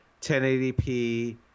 1080p